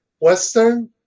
Western